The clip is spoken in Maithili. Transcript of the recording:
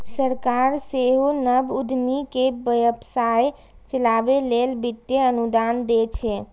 सरकार सेहो नव उद्यमी कें व्यवसाय चलाबै लेल वित्तीय अनुदान दै छै